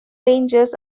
rangers